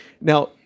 now